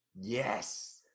Yes